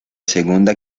segunda